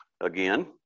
again